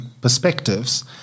perspectives